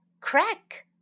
crack